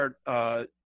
start